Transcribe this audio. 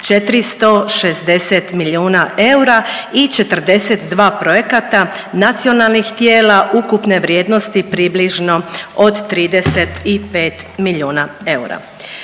460 milijuna eura i 42 projekata nacionalnih tijela ukupne vrijednosti približno od 35 milijuna eura.